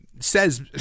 Says